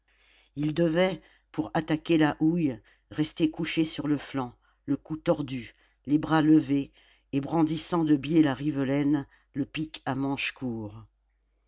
ils devaient pour attaquer la houille rester couchés sur le flanc le cou tordu les bras levés et brandissant de biais la rivelaine le pic à manche court